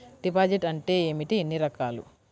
Deposit అంటే ఏమిటీ ఎన్ని రకాలు?